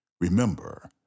Remember